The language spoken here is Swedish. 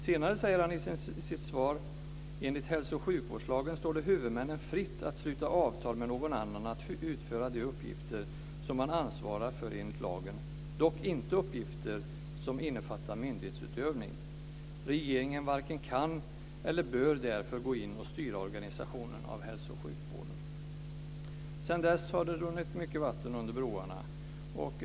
Senare säger han i sitt svar: "Enligt hälso och sjukvårdslagen står det sjukvårdshuvudmännen fritt att sluta avtal med någon annan om att utföra de uppgifter som man ansvarar för enligt lagen, dock inte uppgifter som innefattar myndighetsutövning. - Regeringen varken kan eller bör därför gå in och styra organiseringen av hälso och sjukvården." Sedan dess har det runnit mycket vatten under broarna.